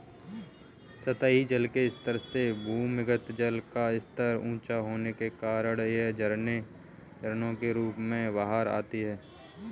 सतही जल के स्तर से भूमिगत जल का स्तर ऊँचा होने के कारण यह झरनों के रूप में बाहर आता है